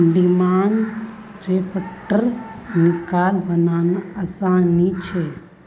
demand द्रफ्टर नक़ल बनाना आसान नि छे